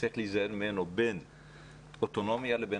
שצריך להיזהר ממנו בין אוטונומיה לבין